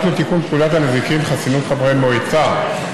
לתיקון פקודת הנזיקין (חסינות חברי מועצה),